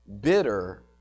bitter